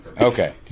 Okay